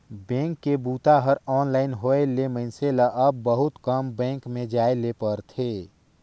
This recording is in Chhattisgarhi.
बेंक के बूता हर ऑनलाइन होए ले मइनसे ल अब बहुत कम बेंक में जाए ले परथे